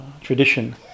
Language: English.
tradition